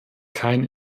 kein